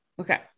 okay